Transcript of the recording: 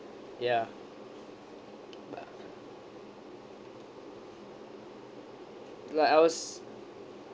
ya ya I was